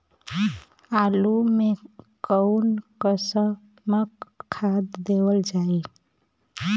आलू मे कऊन कसमक खाद देवल जाई?